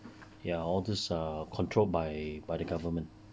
ya all these are controlled by by the government